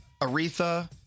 Aretha